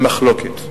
במחלוקת.